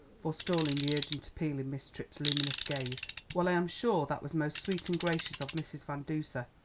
forestalling the urgent appeal in miss tripp's luminous gaze. well, i am sure that was most sweet and gracious of mrs. van duser.